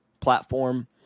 platform